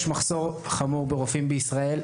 יש מחסור חמור ברופאים בישראל,